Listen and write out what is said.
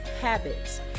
habits